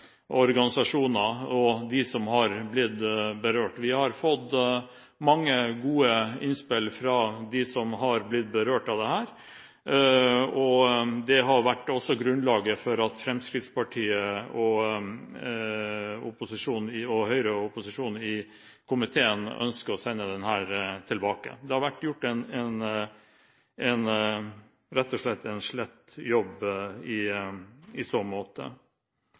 Vi har fått mange gode innspill fra dem som har blitt berørt av dette, og det har også vært grunnlaget for at Fremskrittspartiet, Høyre og opposisjonen i komiteen ønsker å sende den tilbake. Det har rett og slett vært gjort en slett jobb i så måte.